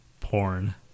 Porn